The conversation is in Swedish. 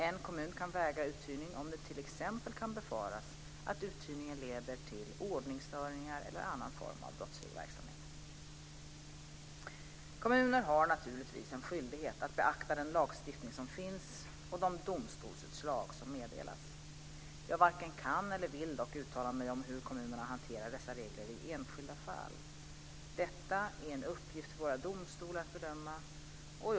En kommun kan vägra uthyrning om det t.ex. kan befaras att uthyrningen leder till ordningsstörningar eller annan form av brottslig verksamhet. Kommuner har naturligtvis en skyldighet att beakta den lagstiftning som finns och de domstolsutslag som meddelas. Jag varken kan eller vill dock uttala mig om hur kommunerna hanterar dessa regler i enskilda fall. Detta är en uppgift för våra domstolar att bedöma.